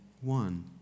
one